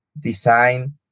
design